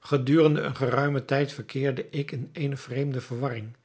gedurende een geruimen tijd verkeerde ik in eene vreemde verwarring